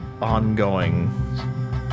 ongoing